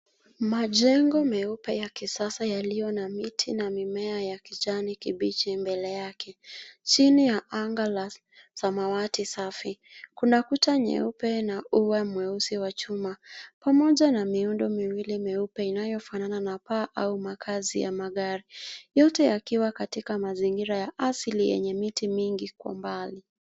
Majengo meupe ya kisasa yaliyo na miti na mimea ya kijani kibichi mbele yake chini ya anga la samawati safi. Kuna kuta nyeupe na ua mweusi wa chuma, pamoja na miundo miwili mieupe inayofanana na paa au makazi ya magari, yote yakiwa katika mazingira ya asili yenye miti mingi kwa mbali.